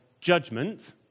judgment